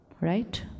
Right